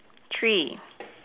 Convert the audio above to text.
three